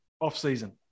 off-season